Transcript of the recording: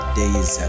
days